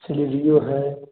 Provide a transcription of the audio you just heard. Celerio है